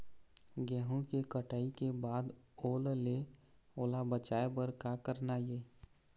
गेहूं के कटाई के बाद ओल ले ओला बचाए बर का करना ये?